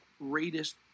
greatest